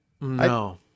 no